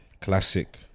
classic